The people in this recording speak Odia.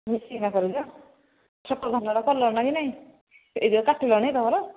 ମିଶିକିନା କରୁଛ ଛୋଟ ଧାନଗୁଡ଼ା କଲଣି କି ନାଇଁ କାଟିଲଣିି ତୁମର